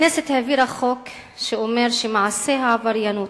הכנסת העבירה חוק שאומר שמעשי העבריינות,